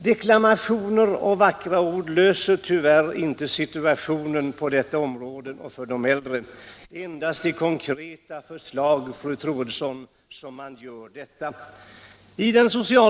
Deklarationer och vackra ord förbättrar tyvärr inte situationen för de äldre på detta område.